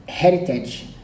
heritage